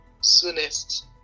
soonest